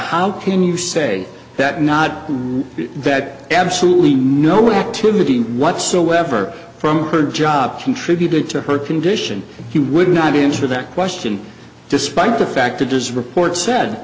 how can you say that not that absolutely no activity whatsoever from her job contributed to her condition he would not enter that question despite the fact it does report said